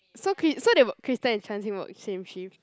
so Cry~ so they were Crystal and Chan-Xi work same shift